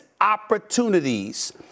opportunities –